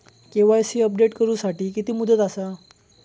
KYC update करू साठी किती मुदत आसा?